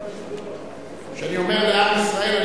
כשאני אומר לעם ישראל,